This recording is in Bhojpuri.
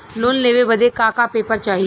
लोन लेवे बदे का का पेपर चाही?